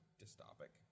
dystopic